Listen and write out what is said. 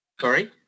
sorry